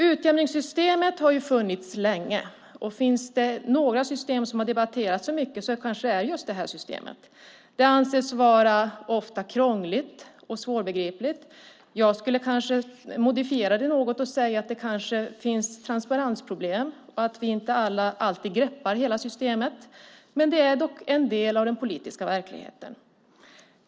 Utjämningssystemet har funnits länge, och finns det några system som har debatterats mycket är det just det här systemet. Det anses ofta vara krångligt och svårbegripligt. Jag skulle kanske modifiera det något och säga att det kanske finns transparensproblem och att vi inte alltid greppar hela systemet, men det är en del av den politiska verkligheten.